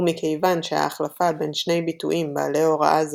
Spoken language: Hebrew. ומכיוון שההחלפה בין שני ביטויים בעלי הוראה זהה,